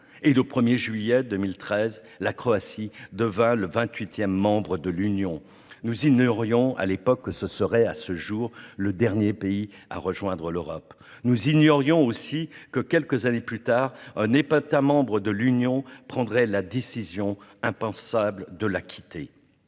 Le 1 juillet 2013, la Croatie devint le vingt-huitième membre de l'Union européenne. Nous ignorions à l'époque que ce serait, à ce jour, le dernier pays à rejoindre l'Europe. Nous ignorions aussi que, quelques années plus tard, un État membre de l'Union européenne prendrait la décision impensable de la quitter.